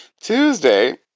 Tuesday